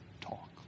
talk